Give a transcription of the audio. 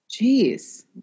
Jeez